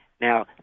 Now